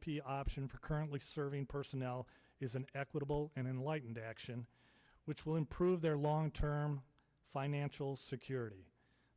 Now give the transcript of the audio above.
p option for currently serving personnel is an equitable and enlightened action which will improve their long term financial security